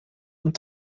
und